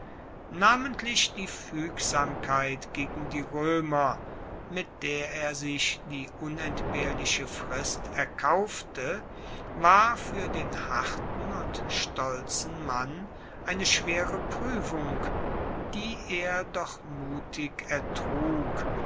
namentlich die fuegsamkeit gegen die roemer mit der er sich die unentbehrliche frist erkaufte war fuer den harten und stolzen mann eine schwere pruefung die er doch mutig